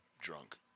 drunk